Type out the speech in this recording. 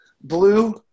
Blue